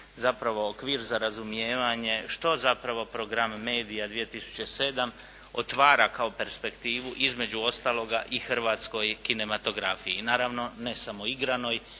zapravo okvir za razumijevanje što zapravo program Media 2007. otvara kao perspektivu između ostaloga i hrvatskoj kinematografiji, naravno ne samo igranoj